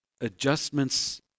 adjustments